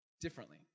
differently